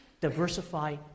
diversify